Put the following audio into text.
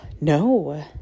no